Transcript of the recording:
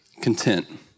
content